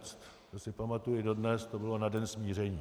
To si pamatuji dodnes, to bylo na den smíření.